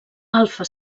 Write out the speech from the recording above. alfa